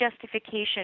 justification